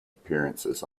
appearances